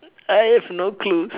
I have no clue